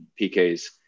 PK's